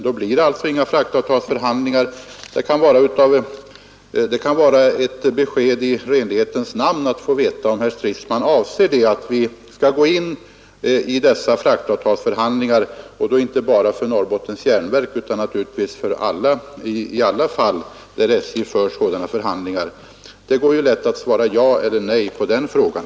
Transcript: Då blir det alltså inga fraktavtalsförhandlingar. I renlighetens namn kan det vara bra om vi får besked om detta. Anser herr Stridsman alltså att vi skall gå in i dessa fraktavtalsförhandlingar? I så fall skall vi naturligtvis göra det inte bara för Norrbottens Järnverk utan i alla de fall där SJ för sådana förhandlingar. Det går lätt att svara ja eller nej på den frågan.